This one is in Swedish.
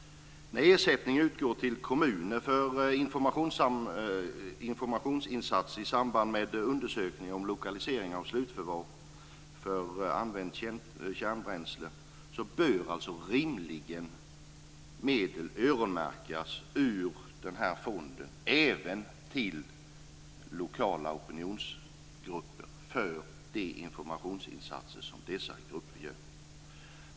När ersättning utgår till kommuner för informationsinsatser i samband med undersökning om lokalisering av slutförvaring av använt kärnbränsle bör rimligen medel öronmärkas ur den här fonden även till lokala opinionsgrupper för de informationsinsatser som dessa grupper gör.